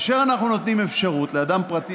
כאשר אנחנו נותנים אפשרות לאדם פרטי